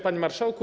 Panie Marszałku!